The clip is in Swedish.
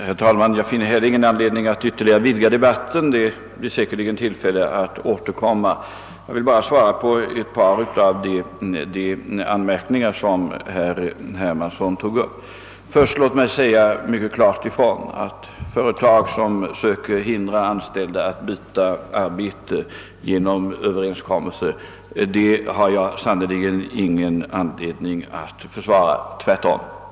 Herr talman! Inte heller jag finner skäl att ytterligare vidga denna debatt; det blir säkert tillfälle att återkomma. Jag skall bara svara på ett par av de anmärkningar som herr Hermansson gjorde. Först vill jag då mycket klart säga ifrån att företag som försöker hindra de anställda att byta arbete genom överenskommelser har jag alls ingen anledning att försvara. Tvärtom!